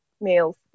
meals